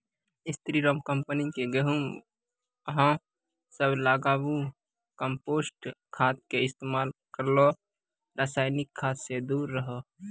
स्री Ram company के गेहूँ अहाँ सब लगाबु कम्पोस्ट खाद के इस्तेमाल करहो रासायनिक खाद से दूर रहूँ?